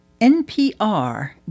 NPR